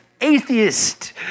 atheist